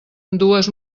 dues